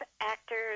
actors